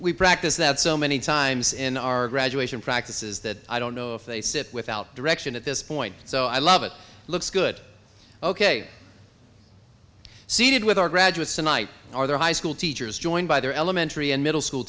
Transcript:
we practice that so many times in our graduation practices that i don't know if they sit without direction at this point so i love it looks good ok seated with our graduates tonight are their high school teachers joined by their elementary and middle school